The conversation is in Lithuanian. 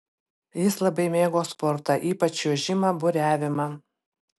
jis labai mėgo sportą ypač čiuožimą buriavimą